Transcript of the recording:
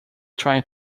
trying